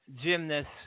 gymnast